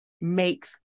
makes